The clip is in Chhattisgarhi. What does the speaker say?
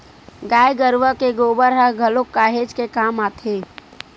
गाय गरुवा के गोबर ह घलोक काहेच के काम आथे